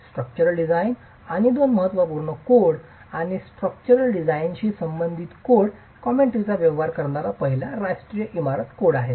structural design आणि दोन महत्त्वपूर्ण कोड आणि स्ट्रक्चरल डिझाइनशी संबंधित कोड कॉमेंट्रीचा व्यवहार करणारा पहिला राष्ट्रीय इमारत कोड आहे